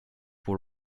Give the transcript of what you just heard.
pour